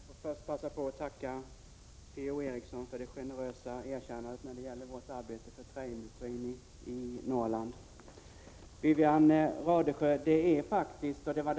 Herr talman! Jag vill först passa på att tacka Per-Ola Eriksson för det generösa erkännandet när det gäller vårt arbete för träindustrin i Norrland.